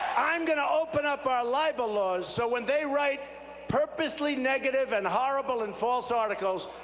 i'm going to open up our libel laws so when they write purposely negative and horrible and false articles,